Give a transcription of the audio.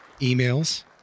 emails